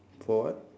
for what